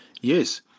Yes